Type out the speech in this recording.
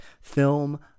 film